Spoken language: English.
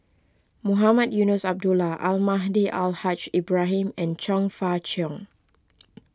Mohamed Eunos Abdullah Almahdi Al Haj Ibrahim and Chong Fah Cheong